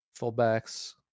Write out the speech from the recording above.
Fullbacks